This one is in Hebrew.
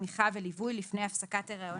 תמיכה וליווי לפני הפסקת ההריון